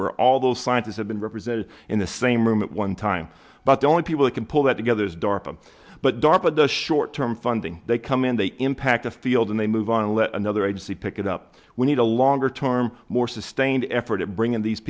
where all those scientists have been represented in the same room at one time but the only people who can pull that together is darpa but darpa the short term funding they come in they impact the field and they move on and let another agency pick it up we need a longer term more sustained effort of bringing these